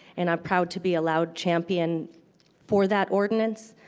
and proud to be a loud champion for that ordinance.